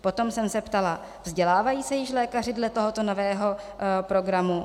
Potom jsem se ptala: Vzdělávají se již lékaři dle tohoto nového programu?